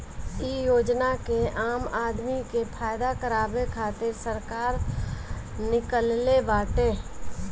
इ योजना के आम आदमी के फायदा करावे खातिर सरकार निकलले बाटे